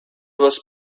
was